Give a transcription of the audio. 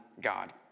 God